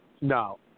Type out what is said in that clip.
No